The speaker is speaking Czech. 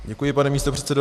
Děkuji, pane místopředsedo.